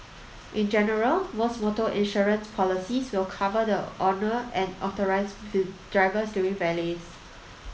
in general most motor insurance policies will cover the owner and authorised with drivers during valets